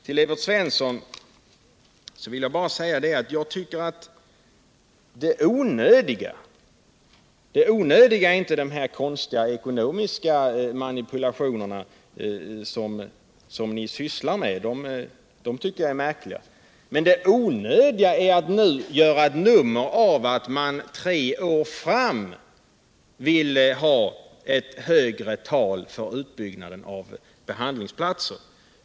Till Evert Svensson vill jag bara säga: Det onödiga tycker jag inte är de konstiga ekonomiska manipulationer som ni sysslar med — de är i och för sig märkliga — utan det onödiga är att nu göra ett nummer av att man tre år fram i tiden vill ha ett högre tal för utbyggnaden av behandlingsplatser.